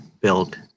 built